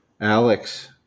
Alex